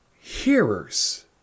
Hearers